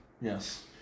Yes